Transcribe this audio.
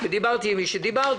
ודיברתי עם מי שדיברתי.